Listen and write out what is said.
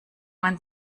man